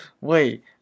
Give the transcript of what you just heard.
wait